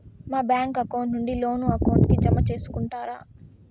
మా bank account నుండి loan account కి జామ సేసుకుంటారా?